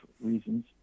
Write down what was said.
reasons